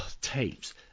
tapes